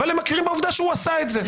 אבל מכירים בעובדה שהוא עשה את זה.